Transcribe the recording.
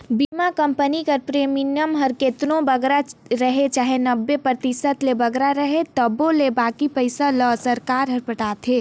बीमा कंपनी कर प्रीमियम हर केतनो बगरा रहें चाहे नब्बे परतिसत ले बगरा रहे तबो ले बाकी पइसा ल सरकार हर पटाथे